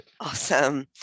Awesome